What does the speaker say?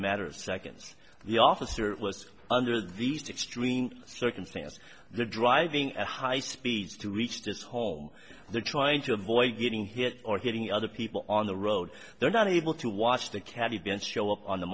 matter of seconds the officer was under these extreme circumstances they're driving at high speeds to reach this hole they're trying to avoid getting hit or hitting other people on the road they're not able to watch the cabbie against show up on the